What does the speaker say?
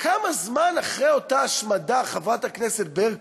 כמה זמן אחרי אותה השמדה, חברת הכנסת ברקו,